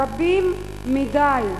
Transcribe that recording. רבים מדי,